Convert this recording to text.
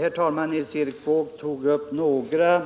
Herr talman! Nils Erik Wååg tog upp några